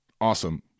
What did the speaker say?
awesome